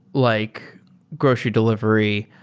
like grocery delivery,